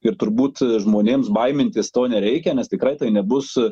ir turbūt žmonėms baimintis to nereikia nes tikrai nebus